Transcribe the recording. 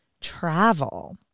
travel